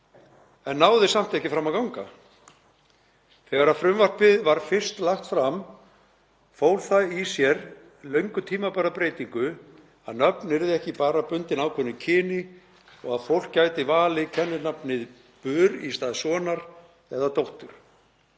en náði samt ekki fram að ganga. Þegar frumvarpið var fyrst lagt fram fól það í sér löngu tímabæra breytingu, að nöfn yrðu ekki bara bundin ákveðnu kyni og að fólk gæti valið kenninafnið „bur“ í stað „sonar“ eða „dóttur“.